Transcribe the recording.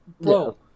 bro